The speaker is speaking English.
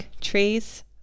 trees